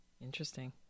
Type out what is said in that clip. Interesting